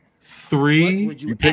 Three